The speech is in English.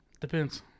Depends